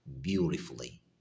beautifully